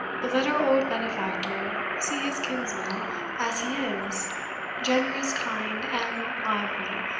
but let our old benefactor see his kinsman as he is generous, kind, and lively,